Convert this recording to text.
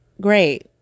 Great